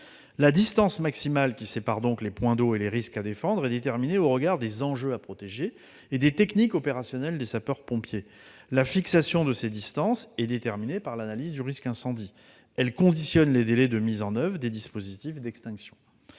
La distance maximale séparant les points d'eau et les risques à couvrir est déterminée au regard des enjeux en matière de protection et des techniques opérationnelles des sapeurs-pompiers. La fixation de ces distances est déterminée par l'analyse du risque d'incendie et elle conditionne les délais de mise en oeuvre des dispositifs d'extinction.